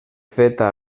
feta